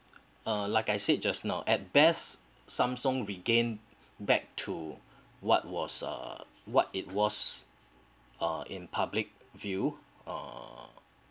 uh like I said just now at best Samsung regain back to what was uh what it was uh in public view uh